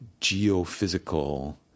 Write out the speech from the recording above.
geophysical